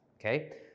Okay